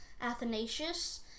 Athanasius